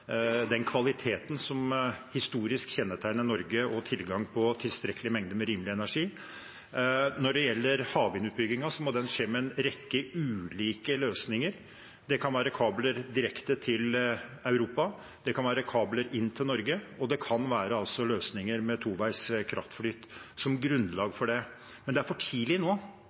den kvaliteten som historisk kjennetegner Norge, med tilgang på en tilstrekkelig mengde rimelig energi. Når det gjelder havvindutbyggingen, må den skje med en rekke ulike løsninger. Det kan være kabler direkte til Europa, det kan være kabler inn til Norge, og det kan altså være løsninger med toveis kraftflyt som grunnlag. Men det er for tidlig nå.